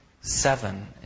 seven